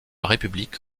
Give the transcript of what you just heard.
république